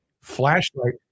flashlight